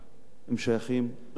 הם שייכים לכולנו,